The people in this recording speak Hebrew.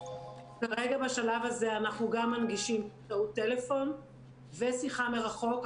כרגע בשלב הזה אנחנו גם מנגישים באמצעות טלפון ושיחה מרחוק.